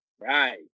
right